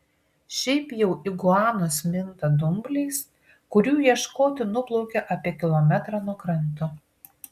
šiaip jau iguanos minta dumbliais kurių ieškoti nuplaukia apie kilometrą nuo kranto